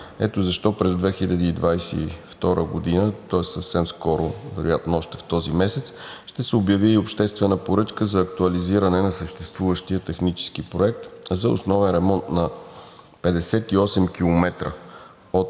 Ето защо през 2022 г., тоест съвсем скоро, вероятно още в този месец, ще се обяви и обществена поръчка за актуализиране на съществуващия технически проект за основен ремонт на 58 км от